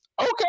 okay